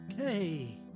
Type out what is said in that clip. Okay